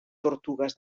tortugues